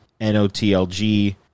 notlg